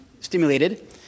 stimulated